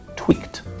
tweaked